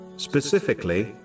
Specifically